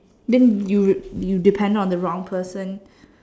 then you you depended on the wrong person